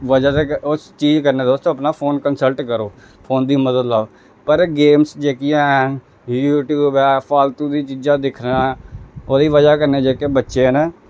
बजह दे कन्नै उस चीज़ कन्नै तुस अपना फोन कंस्लट करो फोन दी मदद लैओ पर गेम्स जेह्कियां हैन यूट्यूब ऐ फालतू दियां चीजां दिक्खने ओह्दी बजह् कन्नै जेह्के बच्चे न